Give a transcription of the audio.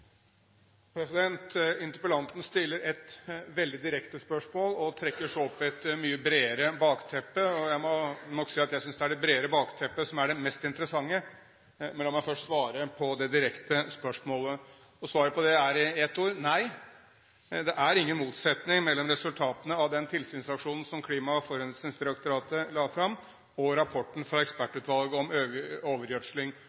debatt. Interpellanten stiller et veldig direkte spørsmål og trekker så opp et mye bredere bakteppe. Jeg må nok si at jeg synes det er det bredere bakteppet som er det mest interessante, men la meg først svare på det direkte spørsmålet. Svaret på det er i ett ord – nei, det er ingen motsetning mellom resultatene av den tilsynsaksjonen som Klima- og forurensningsdirektoratet la fram, og rapporten fra